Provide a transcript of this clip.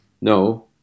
No